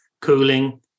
cooling